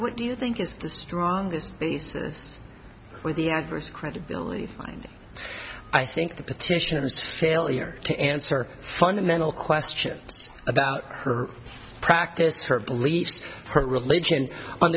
what do you think is the strongest basis for the average credit line i think the petition is failure to answer fundamental questions about her practice her beliefs her religion on